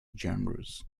genres